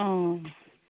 অঁ